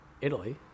Italy